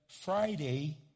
Friday